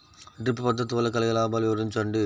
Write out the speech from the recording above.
Drip పద్దతి వల్ల కలిగే లాభాలు వివరించండి?